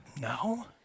No